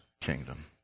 kingdom